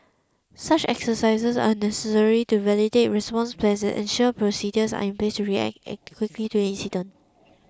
such exercises are necessary to validate response plans and sure procedures are in place to react act quickly to an incident